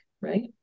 right